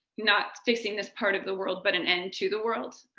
not fixing this part of the world, but an end to the world.